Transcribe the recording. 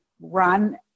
run